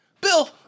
Bill